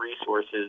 resources